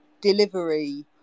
delivery